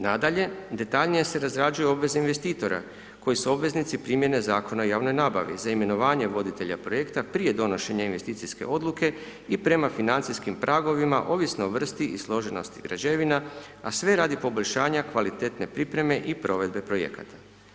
Nadalje, detaljnije se razrađuju obveze investitora koji su obveznici primjene Zakona o javnoj nabavi za imenovanje voditelja projekta prije donošenja investicijske odluke i prema financijskim pragovima ovisno o vrsti i složenosti građevina, a sve radi poboljšanja kvalitetne pripreme i provedbe projekata.